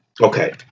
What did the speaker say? Okay